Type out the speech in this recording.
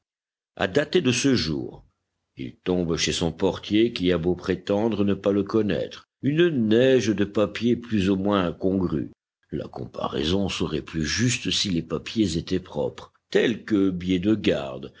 à dater de ce jour il tombe chez son portier qui a beau prétendre ne pas le connaître une neige de papiers plus ou moins incongrus la comparaison serait plus juste si les papiers étaient propres tels que billets de garde